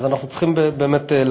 אז אנחנו צריכים באמת לעבוד.